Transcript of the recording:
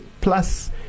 plus